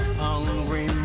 hungry